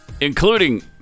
including